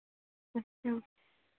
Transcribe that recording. अच्छा